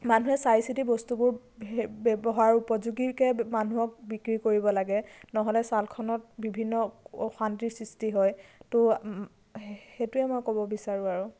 মানুহে চাই চিতি বস্তুবোৰ সে ব্যৱহাৰ উপযোগীকৈ মানুহক বিক্ৰী কৰিব লাগে নহ'লে ছালখনত বিভিন্ন অশান্তিৰ সৃষ্টি হয় তো সেইটোৱে মই ক'ব বিচাৰোঁ আৰু